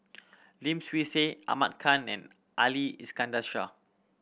Lim Swee Say Ahmad Khan and Ali Iskandar Shah